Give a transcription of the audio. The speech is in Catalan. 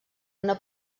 una